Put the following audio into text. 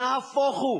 נהפוך הוא.